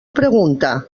pregunta